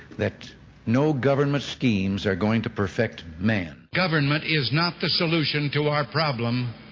that no government schemes are going to perfect man. government is not the solution to our problem,